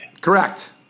correct